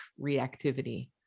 reactivity